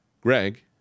Greg